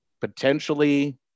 potentially